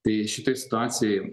tai šitoj situacijoj